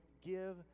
give